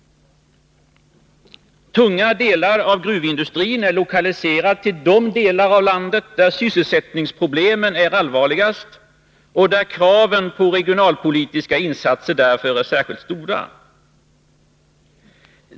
Tunga delar av gruvindustrin är lokaliserade till de delar av landet där sysselsättningsproblemen är allvarligast och där kraven på regionalpolitiska insatser därför är särskilt stora.